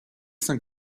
cinq